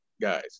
guys